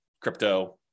crypto